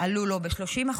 עלו לו ב-30%,